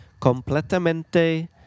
completamente